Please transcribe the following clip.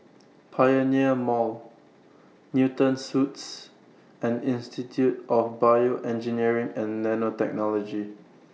Pioneer Mall Newton Suites and Institute of Bioengineering and Nanotechnology